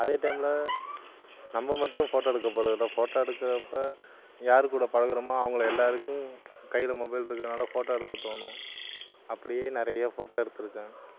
அதே டைமில் நம்ம மட்டும் ஃபோட்டோ எடுக்கப் போறதில்லை ஃபோட்டோ எடுக்கறப்ப யாரு கூட பழகுறமோ அவங்களை எல்லாருக்கும் கையில் மொபைல் இருக்கனாலே ஃபோட்டோ எடுக்கத் தோணும் அப்படியே நிறைய ஃபோட்டோ எடுத்துருக்கேன்